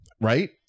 Right